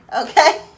Okay